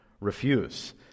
refuse